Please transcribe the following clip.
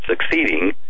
succeeding